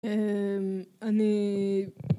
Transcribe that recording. אני